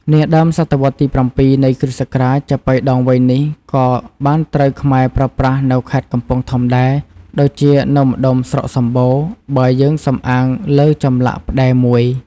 នាដើមសតវត្សរ៍ទី៧ នៃគ្រិស្តសករាជ ចាប៉ីដងវែងនេះក៏បានត្រូវខ្មែរប្រើប្រាស់នៅខេត្តកំពង់ធំដែរ ដូចជានៅម្តុំស្រុកសម្បូរ បើយើងសំអាងលើចម្លាក់ផ្តែរមួយ។